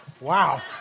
Wow